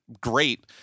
great